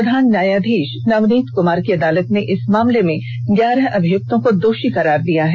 प्रधान न्यायाधीष नवनीत कुमार की अदालत ने इस मामले में ग्यारह अभियुक्तों को दोषी करार दिया है